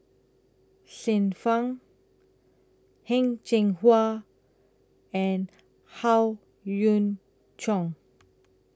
Xiu Fang Heng Cheng Hwa and Howe Yoon Chong